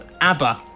Abba